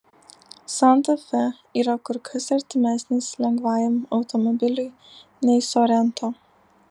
santa fe yra kur kas artimesnis lengvajam automobiliui nei sorento